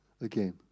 again